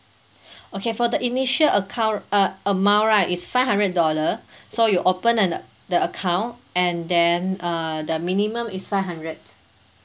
okay for the initial account uh amount right is five hundred dollar so you open an the account and then uh the minimum is five hundred